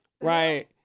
Right